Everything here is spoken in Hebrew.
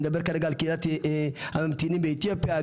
כרגע על קהילת הממתינים באתיופיה,